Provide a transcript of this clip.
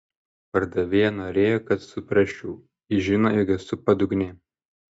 pardavėja norėjo kad suprasčiau ji žino jog esu padugnė